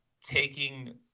taking